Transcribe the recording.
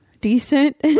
Decent